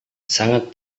sangat